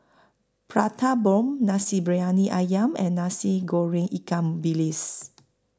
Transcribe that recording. Prata Bomb Nasi Briyani Ayam and Nasi Goreng Ikan Bilis